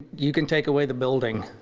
you can take away the building,